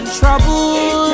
trouble